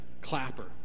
clapper